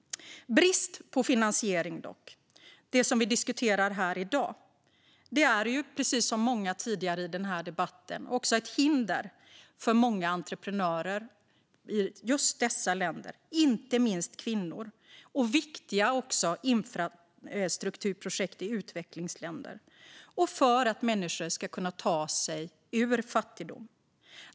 Brist på finansiering, som vi diskuterar här i dag, är också ett hinder för många entreprenörer i utvecklingsländer, inte minst kvinnor, och för viktiga infrastrukturprojekt och för att människor ska kunna ta sig ur fattigdom.